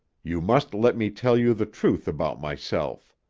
you must let me tell you the truth about myself.